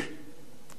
קהל נכבד,